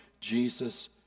Jesus